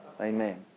Amen